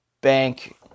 bank